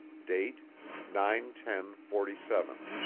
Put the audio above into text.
date nine ten forty seven